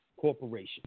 corporation